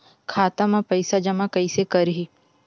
खाता म पईसा जमा कइसे करही?